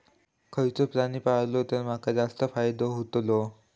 खयचो प्राणी पाळलो तर माका जास्त फायदो होतोलो?